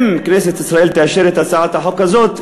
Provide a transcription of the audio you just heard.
אם כנסת ישראל תאשר את הצעת החוק הזאת,